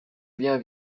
bien